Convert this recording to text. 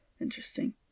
Interesting